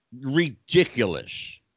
Ridiculous